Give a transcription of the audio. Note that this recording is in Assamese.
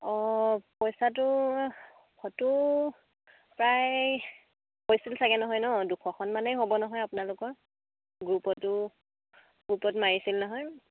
অঁ পইচাটো ফটো প্ৰায় হৈছিল চাগে নহয় ন দুশখন মানেই হ'ব নহয় আপোনালোকৰ গ্ৰুপতো গ্ৰুপত মাৰিছিল নহয়